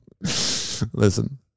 listen